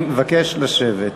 אני מבקש לשבת.